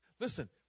listen